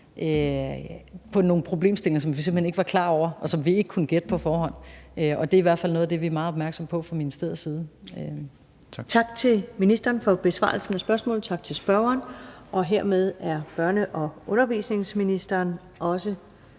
nogle problemstillinger, som vi simpelt hen ikke var klar over, og som vi ikke kunne have gættet på forhånd. Og det er i hvert fald noget af det, vi er meget opmærksomme på fra ministeriets side. Kl. 16:57 Første næstformand (Karen Ellemann): Tak til ministeren for besvarelsen af spørgsmålet, og tak til spørgeren. Og hermed har børne- og undervisningsministeren fri